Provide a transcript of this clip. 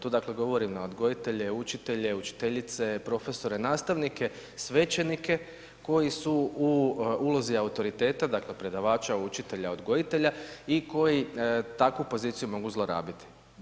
Tu dakle, govorimo odgojitelje, učitelje, učiteljice, profesore, nastavnike, svećenike, koji su u ulozi autoriteta, dakle, predavača, učitelja, odgojitelja i koji takvu poziciju mogu zlorabiti.